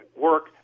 work